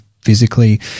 physically